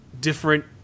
different